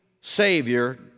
Savior